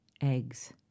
eggs